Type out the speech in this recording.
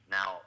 Now